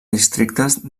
districtes